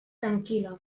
tranquil·la